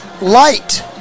Light